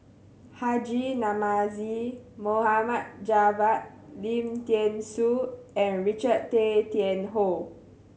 Haji Namazie Mohd Javad Lim Thean Soo and Richard Tay Tian Hoe